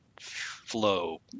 flow